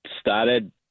started